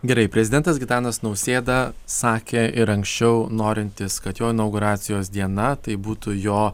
gerai prezidentas gitanas nausėda sakė ir anksčiau norintis kad jo inauguracijos diena tai būtų jo